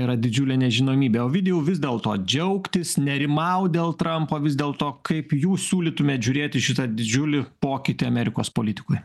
yra didžiulė nežinomybė ovidijau vis dėlto džiaugtis nerimaut dėl trampo vis dėlto kaip jūs siūlytumėt žiūrėt į šitą didžiulį pokytį amerikos politikoj